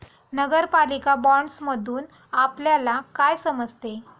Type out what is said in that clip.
नगरपालिका बाँडसमधुन आपल्याला काय समजते?